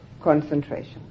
concentration